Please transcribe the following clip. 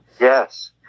Yes